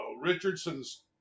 Richardson's